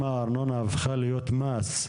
אם הארנונה הפכה להיות מס,